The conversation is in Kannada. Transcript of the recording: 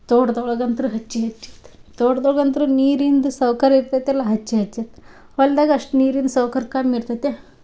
ತೋಟದೊಳ್ಗಂತ್ರು ಹಚ್ಚಿ ಹಚ್ಚಿರ್ತಾರೆ ತೋಟ್ದೊಳ್ಗಂತ್ರು ನೀರಿಂದು ಸೌಕರ್ಯ ಇರ್ತೈತೆಲ್ಲ ಹಚ್ಚಿ ಹಚ್ಚಿರ್ತ ಹೊಲ್ದಾಗ ಅಷ್ಟು ನೀರಿಂದು ಸೌಕರ್ಯ ಕಮ್ ಇರ್ತೈತೆ